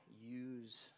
use